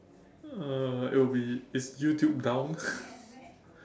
uh it will be is YouTube down